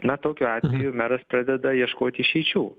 na tokiu atveju meras pradeda ieškoti išeičių